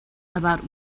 about